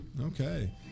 Okay